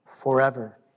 forever